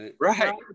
right